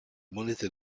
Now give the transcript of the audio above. monete